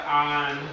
on